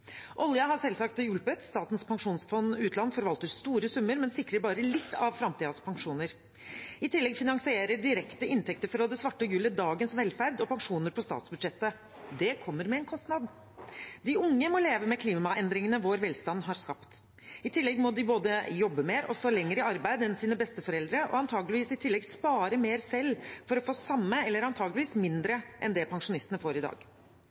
har selvsagt hjulpet. Statens pensjonsfond utland forvalter store summer, men sikrer bare litt av framtidens pensjoner. I tillegg finansierer direkte inntekter fra det svarte gullet dagens velferd og pensjoner på statsbudsjettet. Det kommer med en kostnad. De unge må leve med klimaendringene vår velstand har skapt. I tillegg må de både jobbe mer og stå lenger i arbeid enn sine besteforeldre og antageligvis i tillegg spare mer selv for å få samme eller antageligvis mindre enn det pensjonistene får i dag.